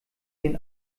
den